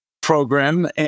program